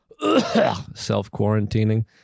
self-quarantining